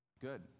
good